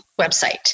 website